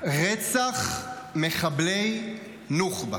רצח מחבלי נוח'בה,